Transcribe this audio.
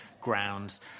grounds